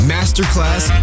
Masterclass